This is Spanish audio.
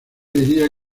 diría